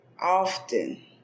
often